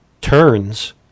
turns